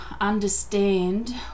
understand